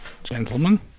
Gentlemen